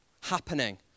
happening